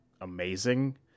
amazing